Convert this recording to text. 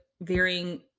varying